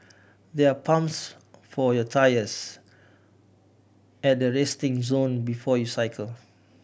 there're pumps for your tyres at resting zone before you cycle